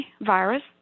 virus